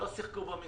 לא שיחקו במספרים.